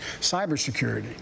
cybersecurity